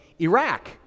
Iraq